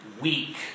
week